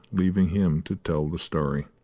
leaving him to tell the story.